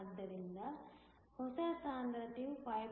ಆದ್ದರಿಂದ ಹೊಸ ಸಾಂದ್ರತೆಯು 5